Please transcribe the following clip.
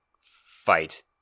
fight